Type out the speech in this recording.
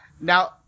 Now